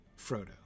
Frodo